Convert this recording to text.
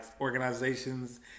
organizations